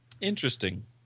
interesting